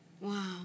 Wow